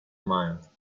mile